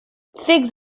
figs